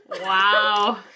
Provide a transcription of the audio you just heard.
Wow